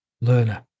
learner